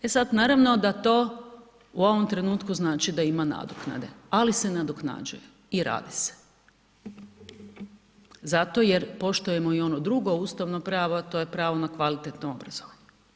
E sad, naravno da to u ovom trenutku znači da ima nadoknade, ali se nadoknađuje i radi se zato jer poštujemo i ono drugo ustavno pravo, a to je pravo na kvalitetno obrazovanje.